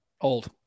Old